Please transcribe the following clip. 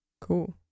Cool